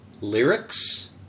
lyrics